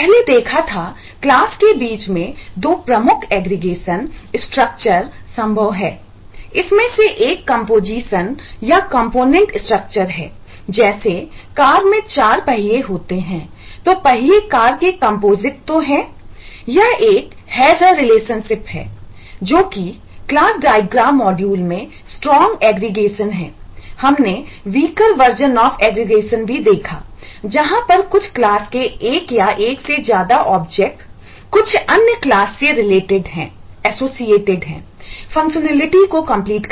पहले देखा था क्लास को कंप्लीट